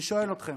אני שואל אתכם.